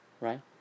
right